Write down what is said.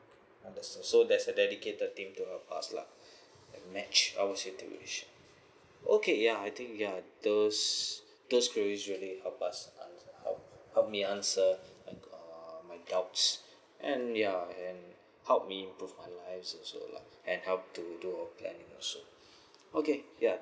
understand so there's a dedicated team to help us lah like match our situation okay ya I think yeuh those those will usually help us help me answer like uh my doubts and ya and help me improve my life and so like help to do uh planning or so okay yeuh